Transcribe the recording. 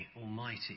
Almighty